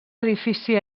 edifici